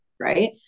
right